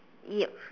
yup